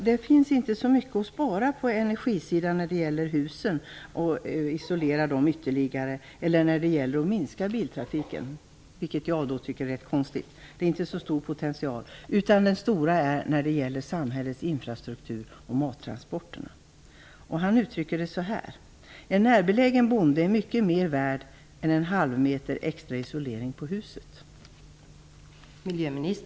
Det finns inte så mycket att spara på energisidan när det gäller husen, t.ex. att isolera dem ytterligare, eller när det gäller biltrafiken. Potentialen är inte så stor, vilket jag tycker är ganska konstigt. Stora energibesparingar kan göras när det gäller samhällets infrastruktur och mattransporterna. Han uttrycker det på följande sätt: En närbelägen bonde är mycket mera värd än en halvmeter extra isolering på huset.